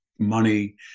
money